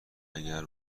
اگر